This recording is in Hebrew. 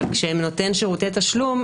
אבל כשהם נותן שירותי תשלום,